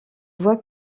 voie